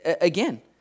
again